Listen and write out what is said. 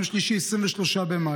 ביום שלישי 23 במאי